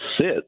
sit